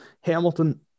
Hamilton